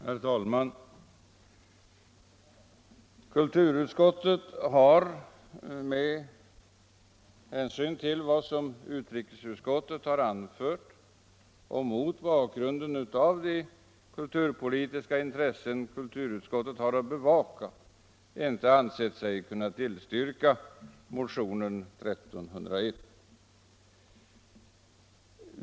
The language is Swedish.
Herr talman! Kulturutskottet har med hänsyn till vad utrikesutskottet anfört och mot bakgrunden av de kulturpolitiska intressen kulturutskottet har att bevaka inte ansett sig kunna tillstyrka motionen 1301.